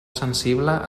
sensible